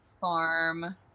farm